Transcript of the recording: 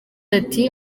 ati